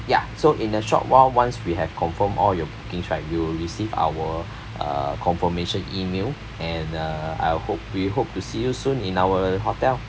ya so in a short while once we have confirmed all your bookings right you'll receive our uh confirmation email and uh I'll hope we hope to see you soon in our hotel